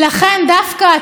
דווקא אתם,